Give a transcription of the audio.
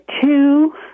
two